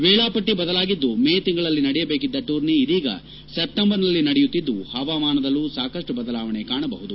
ವೇಳಾಪಟ್ಟಿ ಬದಲಾಗಿದ್ದು ಮೇ ತಿಂಗಳಲ್ಲಿ ನಡೆಯಬೇಕಿದ್ದ ಟೂರ್ನಿ ಇದೀಗ ಸೆಪ್ಟೆಂಬರ್ನಲ್ಲಿ ನಡೆಯುತ್ತಿದ್ದು ಪವಾಮಾನದಲ್ಲೂ ಸಾಕಷ್ಟು ಬದಲಾವಣೆ ಕಾಣಬಹುದು